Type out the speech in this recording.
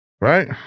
Right